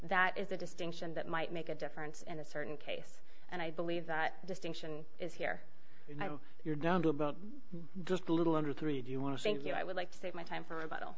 that is a distinction that might make a difference in a certain case and i believe the distinction is here you're down to about just a little under three do you want to thank you i would like to save my time for a bottle